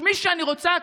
מי שאני רוצה,